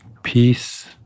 peace